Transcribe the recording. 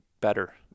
better